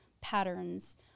patterns